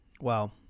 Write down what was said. Wow